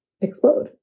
explode